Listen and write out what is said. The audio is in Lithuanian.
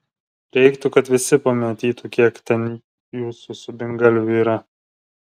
reiktų kad visi pamatytų kiek ten jūsų subingalvių yra